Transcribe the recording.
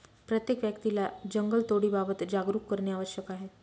प्रत्येक व्यक्तीला जंगलतोडीबाबत जागरूक करणे आवश्यक आहे